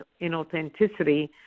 inauthenticity